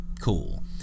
cool